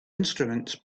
instruments